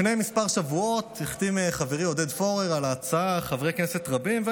לפני כמה שבועות החתים חברי עודד פורר חברי כנסת רבים על ההצעה,